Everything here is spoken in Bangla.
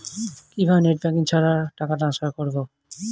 কিভাবে নেট ব্যাঙ্কিং ছাড়া টাকা ট্রান্সফার করবো?